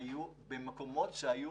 במקומות שהיו